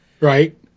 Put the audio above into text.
Right